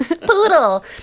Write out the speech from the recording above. poodle